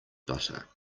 butter